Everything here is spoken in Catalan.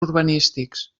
urbanístics